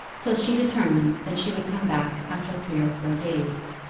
till she determined that she would come back after three or four days.